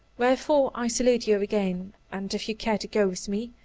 wherefore, i salute you again and, if you care to go with me,